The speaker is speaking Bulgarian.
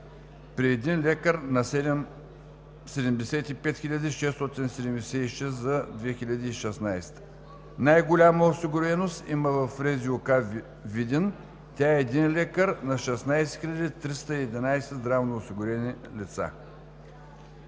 при един лекар на 75 676 за 2016 г. Най-голяма осигуреност има в РЗОК – Видин. Тя е един лекар на 16 311 здравноосигурени лица.